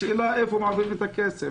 השאלה היא לאן מעבירים את הכסף?